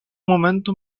momento